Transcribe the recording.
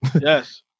Yes